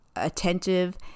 attentive